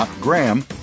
Graham